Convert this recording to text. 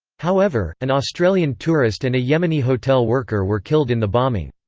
however, an australian tourist and a yemeni hotel worker were killed in the bombing.